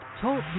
Talk